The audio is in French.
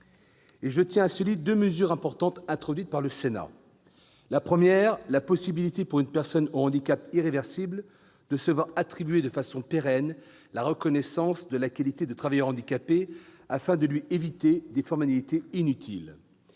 Je tiens à saluer deux mesures importantes introduites par le Sénat. La première est la possibilité pour une personne au handicap irréversible de se voir attribuer, de façon pérenne, la reconnaissance de la qualité de travailleur handicapé, afin de lui éviter des formalités inutiles.